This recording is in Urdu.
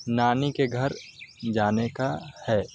نانی کے گھر جانے کا ہے